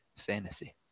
fantasy